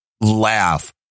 laugh